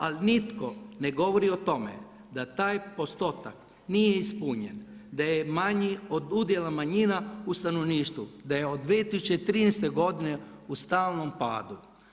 Ali nitko ne govori o tome da taj postotak nije ispunjen, da je manji od udjela manjina u stanovništvu, da je od 2013. godine u stalnom padu.